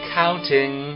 counting